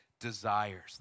desires